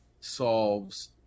solves